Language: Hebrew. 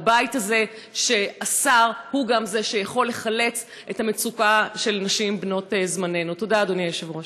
הבית הזה שאסר הוא גם זה שיכול לחלץ את הנשים בנות-זמננו מהמצוקה.